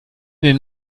den